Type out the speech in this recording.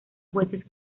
jueces